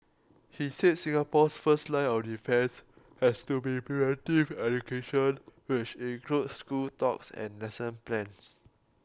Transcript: he said Singapore's first line of defence has to be preventive education which includes school talks and lesson plans